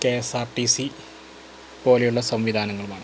K S R T C പോലെയുള്ള സംവിധാനങ്ങളുമാണ്